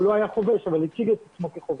הוא לא היה חובש אבל הוא הציג את עצמו כחובש.